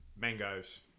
mangoes